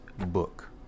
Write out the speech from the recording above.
Book